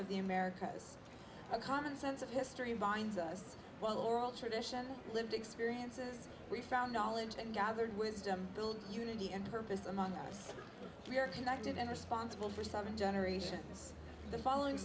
of the americas a common sense of history bonds us well oral tradition lived experiences we found knowledge and gathered wisdom build unity and purpose among us we are connected and responsible for something generations the following